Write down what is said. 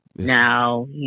Now